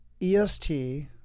EST